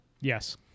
Yes